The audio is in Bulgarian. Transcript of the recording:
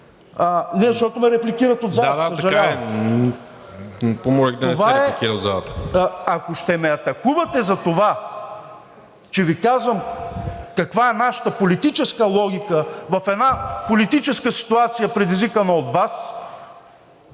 да не се репликира в залата. ТОМА БИКОВ: Ако ще ме атакувате за това, че Ви казвам каква е нашата политическа логика в една политическа ситуация, предизвикана от Вас,